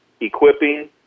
equipping